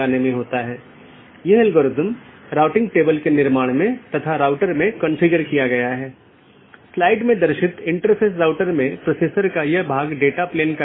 जैसे मैं कहता हूं कि मुझे वीडियो स्ट्रीमिंग का ट्रैफ़िक मिलता है या किसी विशेष प्रकार का ट्रैफ़िक मिलता है तो इसे किसी विशेष पथ के माध्यम से कॉन्फ़िगर या चैनल किया जाना चाहिए